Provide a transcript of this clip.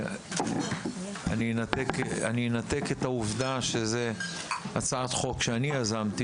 ואני אנתק את העובדה שזאת הצעת חוק שאני יזמתי